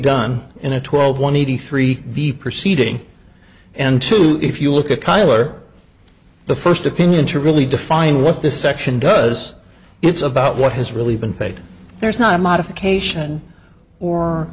done in a twelve one eighty three b proceeding and two if you look at kyle or the first opinion to really define what this section does it's about what has really been paid there's not a modification or